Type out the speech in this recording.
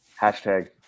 Hashtag